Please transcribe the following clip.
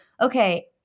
okay